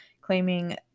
claiming